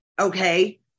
Okay